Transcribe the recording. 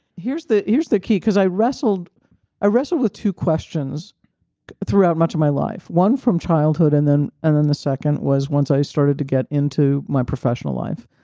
here's the here's the key because i wrestled i wrestled with two questions throughout much of my life, one from childhood and then and then the second was once i started to get into my professional life.